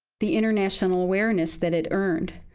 the international awareness that it earned,